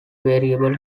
variable